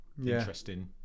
interesting